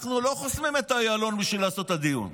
אנחנו לא חוסמים את איילון בשביל לעשות את הדיון,